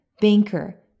banker